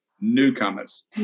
newcomers